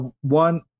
one